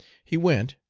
he went.